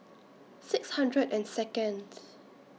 six hundred and Second